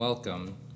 Welcome